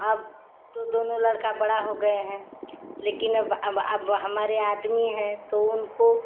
अब तो दोनों लड़का बड़ा हो गए हैं लेकिन अब अब अब हमारे आदमी हैं तो उनको